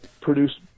produce